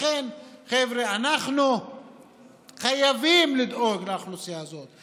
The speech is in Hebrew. לכן, חבר'ה, אנחנו חייבים לדאוג לאוכלוסייה הזאת.